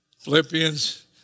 Philippians